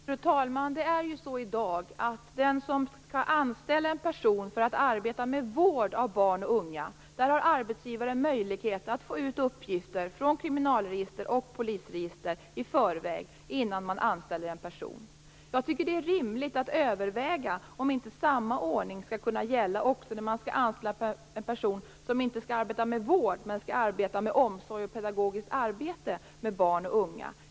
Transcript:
Fru talman! I dag är det så att den arbetsgivare som skall anställa en person för att arbeta med vård av barn och unga har möjlighet att få ut uppgifter från kriminalregister och polisregister i förväg. Jag tycker att det är rimligt att överväga om inte samma ordning skall kunna gälla också när man skall anställa en person som inte skall arbeta med vård utan med omsorg och pedagogiskt arbete med barn och unga.